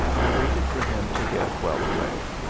i waited for him to get well away.